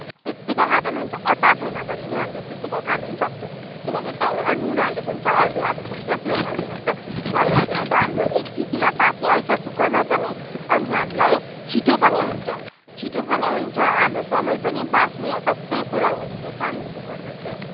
त्यत्तिकै खाँदा पनि हुन्छ अचार छैन भने पनि हामीले त्यत्तिकै खानु पनि सक्छ किनकि त्यहीँनिर नुन हालेको हुन्छ हर्दी हालेको हुन्छ त्यो भयो भने त भइहाल्यो अन्त हाम्रो एक सिटीमा पाकिहाल्छ कुकरमा पनि अनि हामीलाई छिटो पनि हुन्छ छिटो पनि हुन्छ हाम्रो समय पनि बाँच्ने सबै कुरा हुने चाहिँ चाम्रेले गर्दा चाहिँ